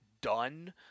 done